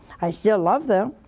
i still love them